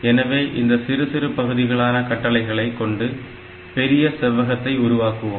எனவே இந்த சிறு சிறு பகுதிகளான கட்டளைகளை கொண்டு பெரிய செவ்வகத்தை உருவாக்குகிறோம்